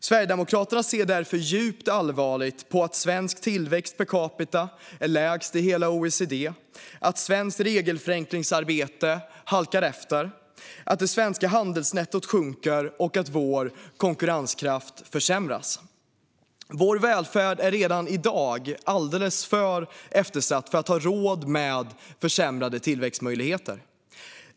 Sverigedemokraterna ser därför djupt allvarligt på att svensk tillväxt per capita är lägst i hela OECD, att svenskt regelförenklingsarbete halkar efter, att det svenska handelsnettot sjunker och att vår konkurrenskraft försämras. Vår välfärd är redan i dag alldeles för eftersatt för att vi ska ha råd med försämrade tillväxtmöjligheter.